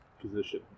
position